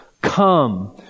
Come